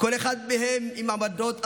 כל אחד מהם עם עמדות אחרות,